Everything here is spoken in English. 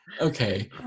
okay